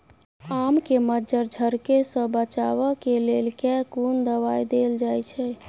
आम केँ मंजर झरके सऽ बचाब केँ लेल केँ कुन दवाई देल जाएँ छैय?